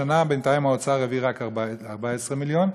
השנה, בינתיים האוצר העביר רק 14 מיליון.